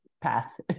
path